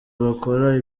bakora